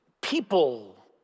people